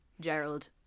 Gerald